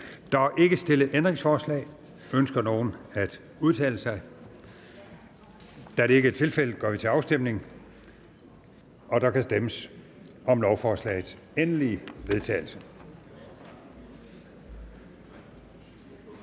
Der er ikke stillet ændringsforslag. Ønsker nogen at udtale sig? Da det ikke er tilfældet, går vi til afstemning. Kl. 09:07 Afstemning Første næstformand (Bertel